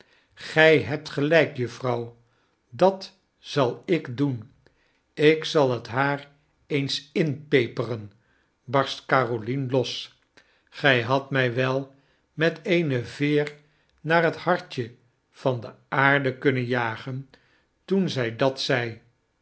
gij hebt gelijk juffrouw dat zal ik doenikzal het haar eens inpeperen barst carolien los gij hadt mij wel met eene veer naar t hartje van de aarde kunnen jagen toen zy dat zei